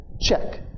Check